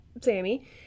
sammy